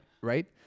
Right